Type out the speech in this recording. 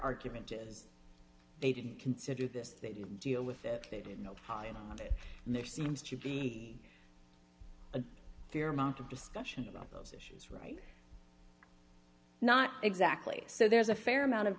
argument is they didn't consider this they didn't deal with it busy they didn't know it there seems to be a fair amount of discussion about those issues right not exactly so there's a fair amount of